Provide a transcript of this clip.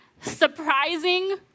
surprising